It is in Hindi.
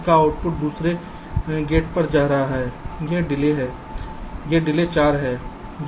इसका आउटपुट दूसरे गेट पर जा रहा है यह डिले 4 है